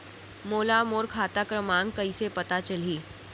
मोला मोर खाता क्रमाँक कइसे पता चलही?